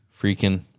freaking